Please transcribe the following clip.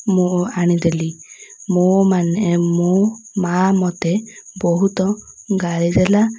ମୁଁ ଆଣିଦେଲି ମୋ ମାନେ ମୋ ମା' ମୋତେ ବହୁତ ଗାଳିଦେଲା